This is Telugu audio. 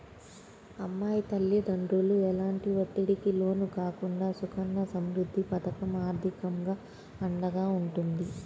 అమ్మాయి తల్లిదండ్రులు ఎలాంటి ఒత్తిడికి లోను కాకుండా సుకన్య సమృద్ధి పథకం ఆర్థికంగా అండగా ఉంటుంది